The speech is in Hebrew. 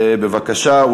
בבקשה.